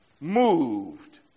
moved